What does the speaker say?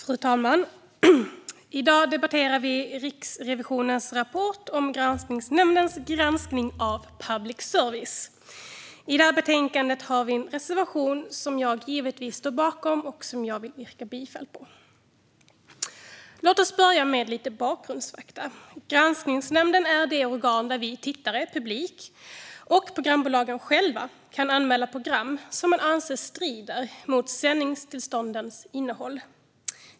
Fru talman! I dag debatterar vi Riksrevisionens rapport om granskningsnämndens granskning av public service. I det här betänkandet har vi en reservation som jag givetvis står bakom och yrkar bifall till. Låt oss börja med lite bakgrundsfakta. Granskningsnämnden är det organ dit vi tittare, publiken, och programbolagen själva kan anmäla program som man anser strider mot sändningstillståndens innehåll.